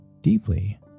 deeply